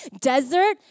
desert